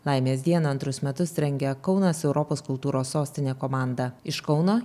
laimės dieną antrus metus rengia kaunas europos kultūros sostinė komanda iš kauno